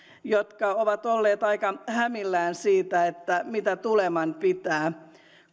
jotka ovat olleet aika hämillään siitä mitä tuleman pitää